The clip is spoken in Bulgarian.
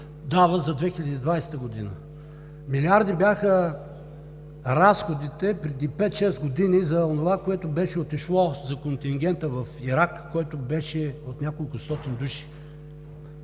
за 2020 г. Милиарди бяха разходите преди 5 – 6 години за онова, което беше отишло за контингента в Ирак, който беше от няколкостотин души